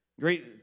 great